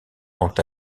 quant